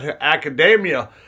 academia